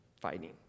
fighting